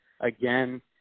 again